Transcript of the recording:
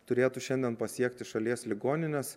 turėtų šiandien pasiekti šalies ligonines